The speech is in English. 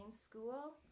School